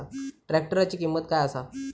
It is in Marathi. ट्रॅक्टराची किंमत काय आसा?